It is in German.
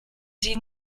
sie